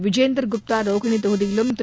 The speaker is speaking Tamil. விஜேந்தர் குப்தா ரோகிணி தொகுதியிலும் திரு